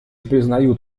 признают